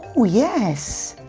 yes.